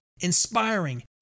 inspiring